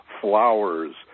flowers